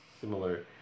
similar